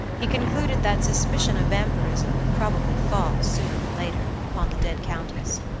he concluded that suspicion of vampirism would probably fall, sooner or later, upon the dead countess,